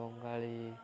Bengali